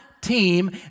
team